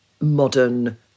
modern